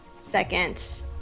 second